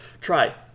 try